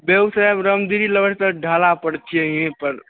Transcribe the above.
बेगुसरायमे रामदिरी लवर्स तर ढाला पर छियै हियें पर